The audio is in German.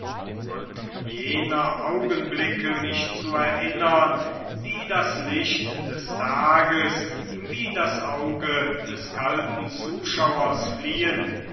und jener augenblicke mich zu erinnern die das licht des tages wie das auge des kalten zuschauers fliehen